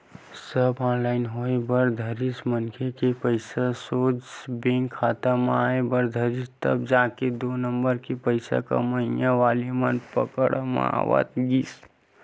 सब online होय बर धरिस मनखे के पइसा सोझ बेंक खाता म आय बर धरिस तब जाके दू नंबर के पइसा कमइया वाले मन पकड़ म आवत गिस